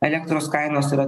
elektros kainos yra